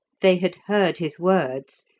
they had heard his words,